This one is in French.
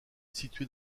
située